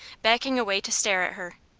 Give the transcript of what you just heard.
backing away to stare at her.